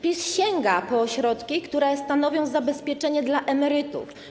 PiS sięga po środki, które stanowią zabezpieczenie dla emerytów.